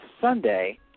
Sunday